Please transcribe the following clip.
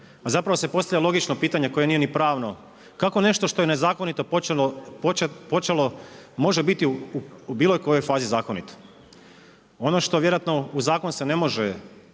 a zapravo se postavlja logično pitanje koje nije ni pravno. Kako nešto što je nezakonito počelo može biti u bilo kojoj fazi zakonito. Ono što vjerojatno u zakon se ne može